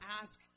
ask